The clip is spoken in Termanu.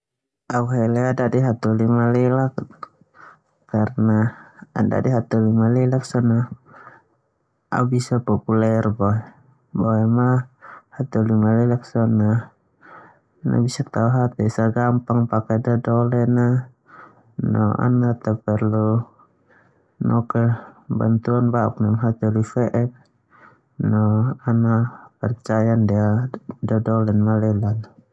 Au hele au dadu hataholi malelak karna dadi hataholi malelak so na au bisa populer boe, boema hataholi malelak so na ala tao hata esa pake dodolen a no ana ta perlu noke bantuan ba'uk neme hataholi fe'ek no ana percaya ndia dodolen a.